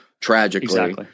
tragically